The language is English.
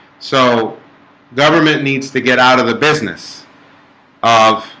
so government needs to get out of the business of